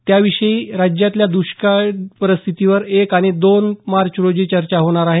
त्याशिवाय राज्यातल्या दष्काळी परिस्थितीवर एक आणि दोन मार्च रोजी चर्चा होणार आहे